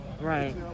Right